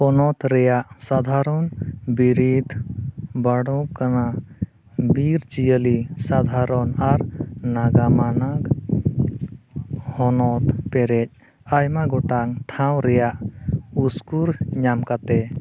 ᱯᱚᱱᱚᱛ ᱨᱮᱭᱟᱜ ᱥᱟᱫᱷᱟᱨᱚᱱ ᱵᱤᱨᱤᱫ ᱵᱟᱹᱰᱚᱜ ᱠᱟᱱᱟ ᱵᱤᱨᱼᱡᱤᱭᱟᱹᱞᱤ ᱥᱟᱫᱷᱟᱨᱚᱱ ᱟᱨ ᱱᱟᱜᱟᱢᱟᱱᱟᱜ ᱦᱚᱱᱚᱛ ᱯᱮᱨᱮᱡ ᱟᱭᱢᱟ ᱜᱚᱴᱟᱝ ᱴᱷᱟᱶ ᱨᱮᱭᱟᱜ ᱩᱥᱠᱩᱨ ᱧᱟᱢ ᱠᱟᱛᱮᱫ